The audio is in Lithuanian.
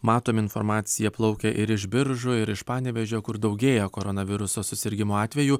matom informacija plaukia ir iš biržų ir iš panevėžio kur daugėja koronaviruso susirgimo atvejų